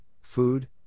food